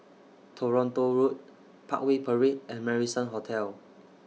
Toronto Road Parkway Parade and Marrison Hotel